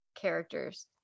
characters